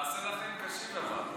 נעשה לה חיים קשים בוועדה.